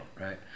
right